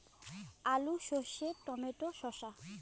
আলু সর্ষে টমেটো শসা